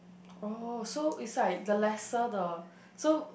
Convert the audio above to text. oh so is like the lesser the